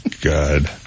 God